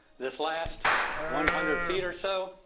this last one hundred feet or so,